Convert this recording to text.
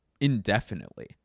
indefinitely